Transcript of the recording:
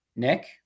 Nick